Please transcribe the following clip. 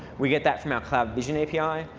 we get that from our cloud vision api.